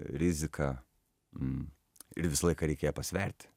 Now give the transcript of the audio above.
rizika ir visą laiką reikia ją pasverti